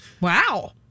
Wow